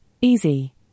Easy